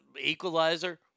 equalizer